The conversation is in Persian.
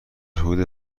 حدود